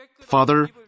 Father